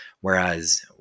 Whereas